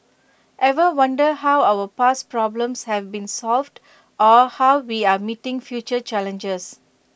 ever wonder how our past problems have been solved or how we are meeting future challenges